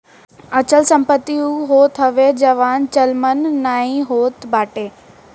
अचल संपत्ति उ होत हवे जवन चलयमान नाइ होत बाटे